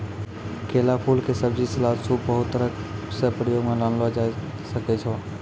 केला फूल के सब्जी, सलाद, सूप बहुत तरह सॅ प्रयोग मॅ लानलो जाय ल सकै छो